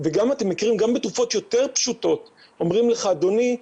וגם בתרופות יותר פשוטות אומרים לך 'אדוני,